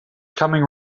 coming